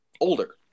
older